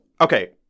Okay